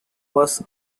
was